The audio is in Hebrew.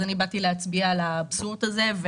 אני כאן כדי להצביע על האבסורד הזה.